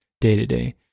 day-to-day